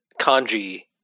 kanji